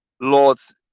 lords